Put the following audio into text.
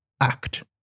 act